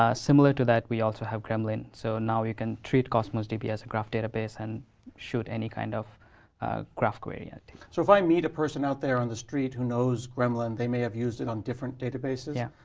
ah similar to that, we also have gremlin. so, now we can treat cosmos db as a graph database, and shoot any kind of graph query and so if i meet a person out there on the street who knows gremlin, they may have used it on different databases? yeah.